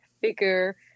figure